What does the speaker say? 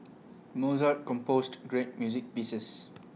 Mozart composed great music pieces